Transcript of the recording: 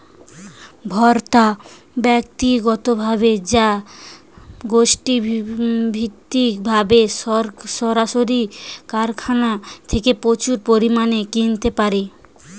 ভোক্তারা ব্যক্তিগতভাবে বা গোষ্ঠীভিত্তিকভাবে সরাসরি কারখানা থেকে প্রচুর পরিমাণে কিনতে পারেন